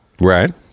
right